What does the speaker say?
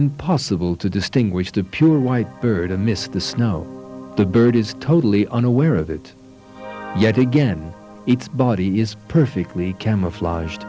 impossible to distinguish the pure white bird and miss the snow the bird is totally unaware of it yet again its body is perfectly camouflaged